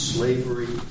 Slavery